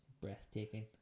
breathtaking